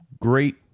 Great